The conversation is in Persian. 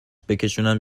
بکشونم